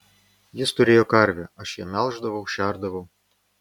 jis turėjo karvę aš ją melždavau šerdavau